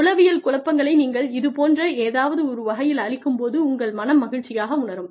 உளவியல் குழப்பங்களை நீங்கள் இது போன்ற ஏதாவது ஒரு வகையில் அளிக்கும் போது உங்கள் மனம் மகிழ்ச்சியாக உணரும்